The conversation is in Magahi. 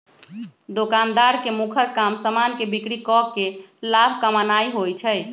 दोकानदार के मुखर काम समान के बिक्री कऽ के लाभ कमानाइ होइ छइ